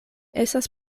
estas